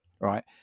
Right